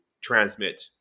transmit